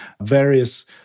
various